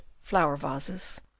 flower-vases